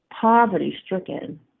poverty-stricken